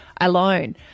alone